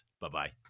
Bye-bye